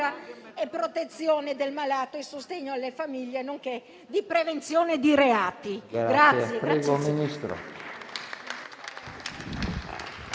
e protezione del malato, di sostegno alle famiglie, nonché di prevenzione dei reati.